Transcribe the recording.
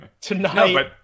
tonight